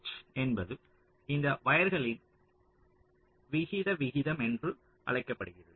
pitch என்பது இந்த வயர்களின் விகித விகிதம் என்று அழைக்கப்படுகிறது